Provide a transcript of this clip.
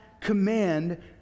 command